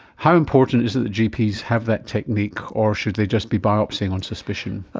how important is it that gps have that technique, or should they just be biopsying on suspicion?